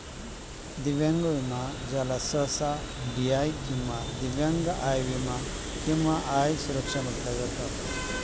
दिव्यांग विमा ज्याला सहसा डी.आय किंवा दिव्यांग आय विमा किंवा आय सुरक्षा म्हटलं जात